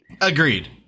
Agreed